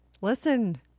Listen